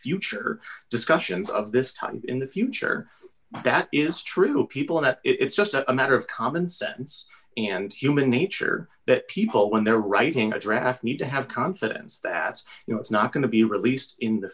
future discussions of this time in the future that is true of people and it's just a matter of common sense and human nature that people when they're writing a draft need to have confidence that it's not going to be released in the